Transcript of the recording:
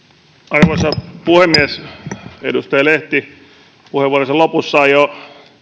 arvoisa puhemies edustaja lehti puheenvuoronsa lopussa jo